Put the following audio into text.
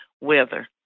weather